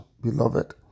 beloved